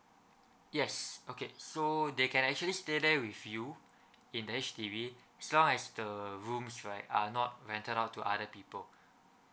yes okay so they can actually stay there with you in the H_D_B as long as the rooms right are not rented out to other people